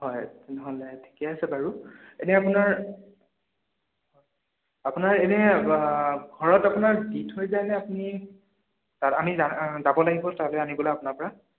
হয় তেনেহ'লে ঠিকে আছে বাৰু এনে আপোনাৰ হয় আপোনাৰ এনে ঘৰত আপোনাৰ দি থৈ যায়নে আপুনি তাত আমি যা যাব লাগিব তালে আনিবলৈ আপোনাৰ পৰা